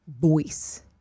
voice